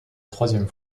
troisième